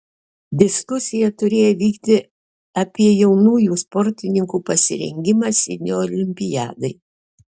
diskusija turėjo vykti apie jaunųjų sportininkų pasirengimą sidnio olimpiadai